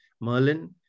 Merlin